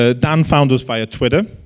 ah dan found us via twitter.